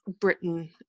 Britain